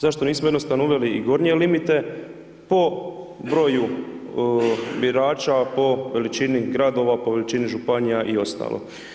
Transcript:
Zašto nismo jednostavno uveli i gornje limite po broju birača, po veličini gradova, po veličini županija, i ostalo?